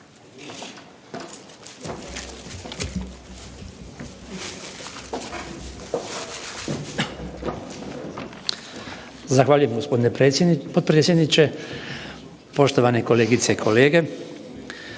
Zahvaljujem gospodine potpredsjedniče. Poštovane kolegice i kolege,